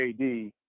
AD